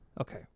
Okay